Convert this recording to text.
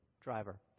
driver